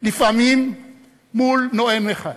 לפעמים מול נואם אחד,